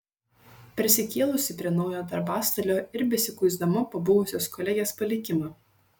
persikėlusi prie naujo darbastalio ir besikuisdama po buvusios kolegės palikimą